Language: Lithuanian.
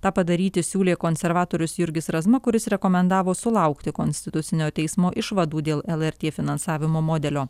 tą padaryti siūlė konservatorius jurgis razma kuris rekomendavo sulaukti konstitucinio teismo išvadų dėl lrt finansavimo modelio